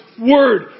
Word